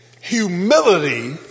humility